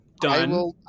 Done